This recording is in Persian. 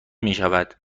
میشود